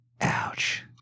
Ouch